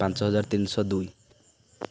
ପାଞ୍ଚ ହଜାର ତିନିଶହ ଦୁଇ